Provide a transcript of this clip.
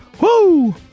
Woo